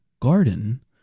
garden